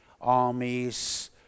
armies